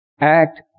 act